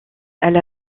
elle